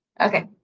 Okay